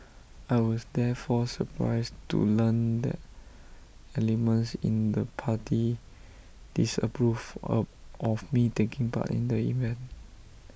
I was therefore surprised to learn that elements in the party disapproved of of me taking part in the event